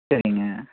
சரிங்க